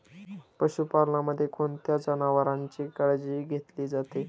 पशुपालनामध्ये कोणत्या जनावरांची काळजी घेतली जाते?